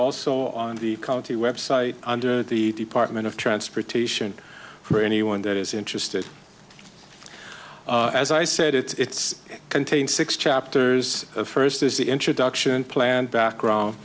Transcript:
also on the county website under the department of transportation for anyone that is interested as i said it's contained six chapters first is the introduction planned background